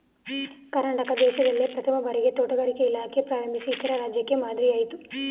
ಕರ್ನಾಟಕ ದೇಶ್ದಲ್ಲೇ ಪ್ರಥಮ್ ಭಾರಿಗೆ ತೋಟಗಾರಿಕೆ ಇಲಾಖೆ ಪ್ರಾರಂಭಿಸಿ ಇತರೆ ರಾಜ್ಯಕ್ಕೆ ಮಾದ್ರಿಯಾಯ್ತು